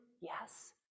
yes